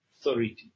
authority